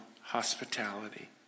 hospitality